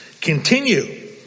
Continue